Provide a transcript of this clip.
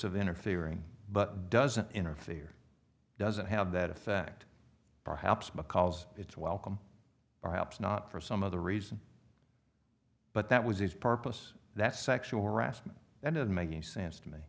of interfering but doesn't interfere doesn't have that effect perhaps because it's welcome perhaps not for some other reason but that was its purpose that sexual harassment and of making sense to me